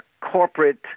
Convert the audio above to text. corporate